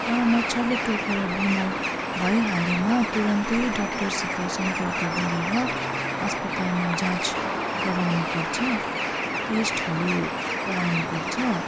तर मच्छरले टोकेर बिमार भइहालेमा तुरुन्तै डक्टरसित सम्पर्क गरेर अस्पतालमा जाँच गराउनुपर्छ टेस्टहरू गराउनुपर्छ